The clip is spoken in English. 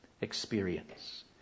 experience